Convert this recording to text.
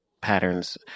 patterns